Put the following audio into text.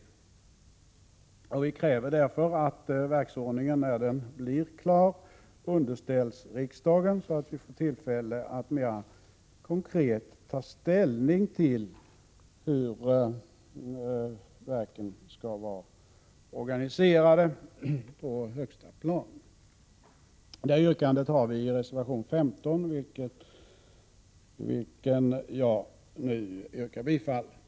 Vi kräver därför att verksordningen, när den blir klar, underställs riksdagen så att vi får tillfälle att mera konkret ta ställning till hur verken skall vara organiserade på högsta plan. Detta anför vi i reservation 15, till vilken jag, herr talman, yrkar bifall.